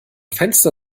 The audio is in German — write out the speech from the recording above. fenster